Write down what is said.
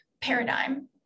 paradigm